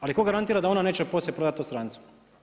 Ali tko garantira da ona neće poslije prodati to strancu.